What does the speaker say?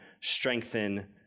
strengthen